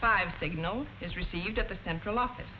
five signals is received at the central office